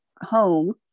home